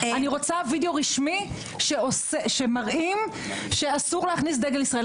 אני רוצה וידיאו רשמי שמראה שאסור להכניס את דגל ישראל.